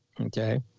okay